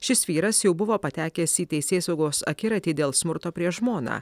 šis vyras jau buvo patekęs į teisėsaugos akiratį dėl smurto prieš žmoną